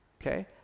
Okay